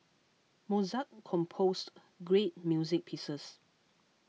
Mozart composed great music pieces